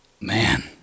man